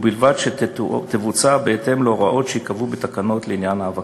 ובלבד שתבוצע בהתאם להוראות שייקבעו בתקנות לעניין האבקה.